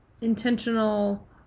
intentional